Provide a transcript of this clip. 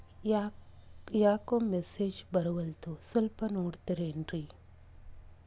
ಯಾಕೊ ಮೆಸೇಜ್ ಬರ್ವಲ್ತು ಸ್ವಲ್ಪ ನೋಡ್ತಿರೇನ್ರಿ?